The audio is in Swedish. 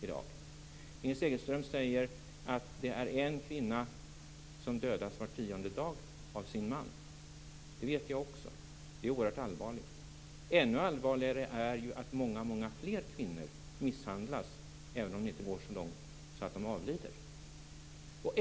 Inger Segelström säger att en kvinna dödas av sin man var tionde dag. Det vet jag också, och det är oerhört allvarligt. Ännu allvarligare är att många fler kvinnor misshandlas, även om det inte går så långt att de avlider.